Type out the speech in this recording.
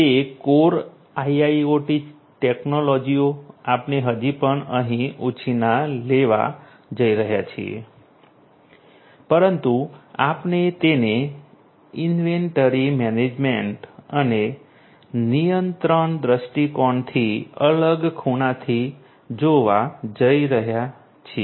તે core IIoT ટેક્નોલોજીઓ આપણે હજી પણ અહીં ઉછીના લેવા જઈ રહ્યા છીએ પરંતુ આપણે તેને ઇન્વેન્ટરી મેનેજમેન્ટ અને નિયંત્રણ દૃષ્ટિકોણથી અલગ ખૂણાથી જોવા જઈ રહ્યા છીએ